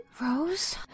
Rose